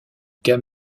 cas